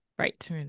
Right